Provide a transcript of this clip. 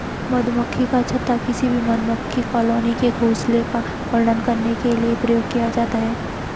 मधुमक्खी का छत्ता किसी भी मधुमक्खी कॉलोनी के घोंसले का वर्णन करने के लिए प्रयोग किया जाता है